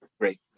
great